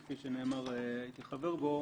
שכפי שנאמר הייתי חבר בו,